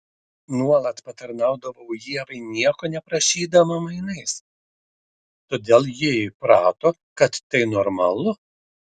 nuolat patarnaudavau ievai nieko neprašydama mainais todėl ji įprato kad tai normalu